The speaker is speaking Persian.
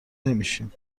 نمیشیم